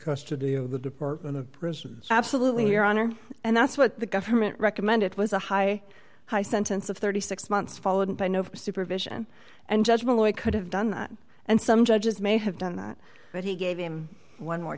of the department of prisons absolutely your honor and that's what the government recommended was a high high sentence of thirty six months followed by no supervision and judgment we could have done that and some judges may have done that but he gave him one more